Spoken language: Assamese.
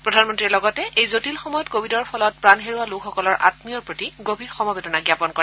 প্ৰধানমন্ত্ৰীয়ে লগতে এই জটিল সময়ত কোৱিডৰ ফলত প্ৰাণ হেৰুওৱা লোকসকলৰ আমীয়সকলৰ প্ৰতি গভীৰ সমবেদনা জাপন কৰে